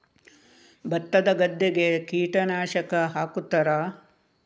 ಭತ್ತದ ಗದ್ದೆಗೆ ಕೀಟನಾಶಕ ಹಾಕುತ್ತಾರಾ?